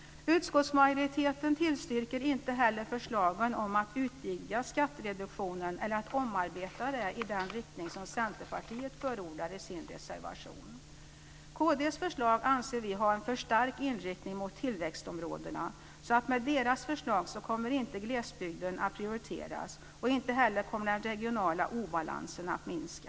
Utskottsmajoriteten tillstyrker inte heller förslagen om att utvidga skattereduktionen eller att omarbeta det här i den riktning som Centerpartiet förordar i sin reservation. Kristdemokraternas förslag anser vi har en för stark inriktning mot tillväxtområdena. Med deras förslag kommer inte glesbygden att prioriteras, och inte heller kommer den regionala obalansen att minska.